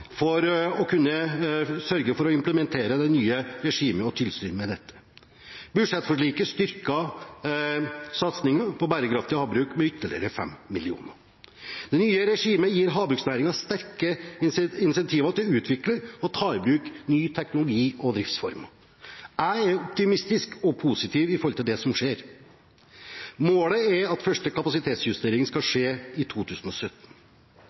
for å kunne sørge for å implementere det nye regimet og tilsynet med dette. Budsjettforliket styrker satsingen på bærekraftig havbruk med ytterligere 5 mill. kr. Det nye regimet gir havbruksnæringen sterke incentiver til å utvikle og ta i bruk ny teknologi og nye driftsformer. Jeg er optimistisk og positiv til det som skjer. Målet er at første kapasitetsjustering skal skje i 2017.